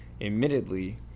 Admittedly